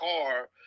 car